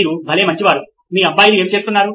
మీరు భలే మంచివారు మీ అబ్బాయిలు ఏమి చేస్తున్నారు